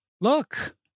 Look